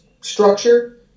structure